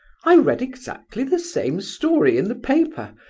i read exactly the same story in the paper,